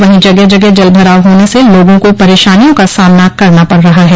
वहीं जगह जगह जल भराव होने से लोगों को परेशानियों का सामना करना पड़ रहा है